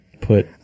Put